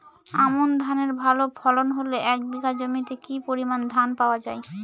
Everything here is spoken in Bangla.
আমন ধানের ভালো ফলন হলে এক বিঘা জমিতে কি পরিমান ধান পাওয়া যায়?